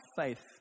faith